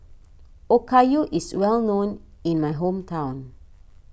Okayu is well known in my hometown